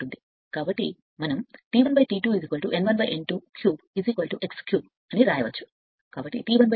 కాబట్టి మనం T 1 T 2 n 1 n 23 x 3 అని వ్రాయవచ్చు కాబట్టి T 1 T 2 x 3